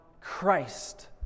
Christ